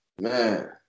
man